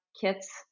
kits